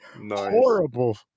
horrible